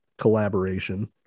collaboration